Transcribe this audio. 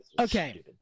Okay